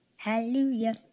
Hallelujah